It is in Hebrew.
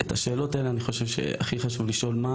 את השאלות האלה אני חושב שהכי חשוב לשאול: מה